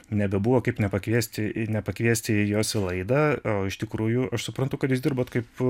nebebuvo kaip nepakviesti į nepakviesti jos laidą o iš tikrųjų aš suprantu kad jūs dirbat kaip